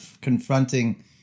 confronting